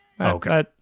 okay